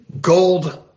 Gold